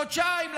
חודשיים,